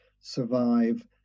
survive